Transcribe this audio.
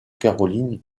caroline